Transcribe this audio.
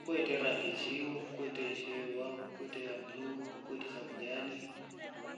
Kwete rangi inshiyu, kwete ishiwa. kwete ya blu, kwete sa kujani